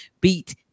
beat